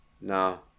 No